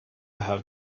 have